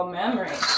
memory